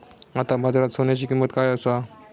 आता बाजारात सोन्याची किंमत काय असा?